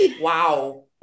wow